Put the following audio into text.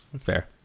Fair